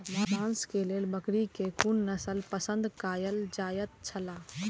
मांस के लेल बकरी के कुन नस्ल पसंद कायल जायत छला?